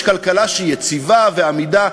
יש כלכלה שהיא יציבה ועמידה,